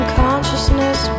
consciousness